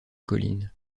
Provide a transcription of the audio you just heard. colline